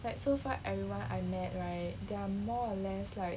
like so far everyone I met right they are more or less like